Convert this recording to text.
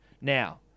Now